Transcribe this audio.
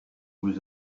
vous